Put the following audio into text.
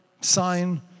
sign